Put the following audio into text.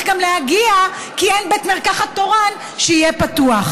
גם להגיע כי אין בית מרקחת תורן שיהיה פתוח.